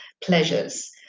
pleasures